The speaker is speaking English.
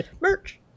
Merch